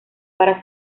para